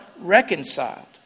reconciled